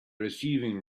receiving